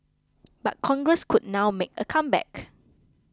but Congress could now make a comeback